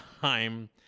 time